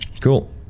Cool